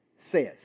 says